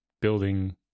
building